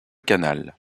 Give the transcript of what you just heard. canal